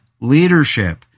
leadership